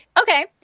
okay